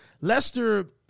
Lester